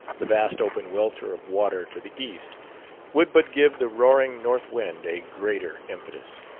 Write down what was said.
the vast open welter of water to the east would but give the roaring north wind a greater impetus.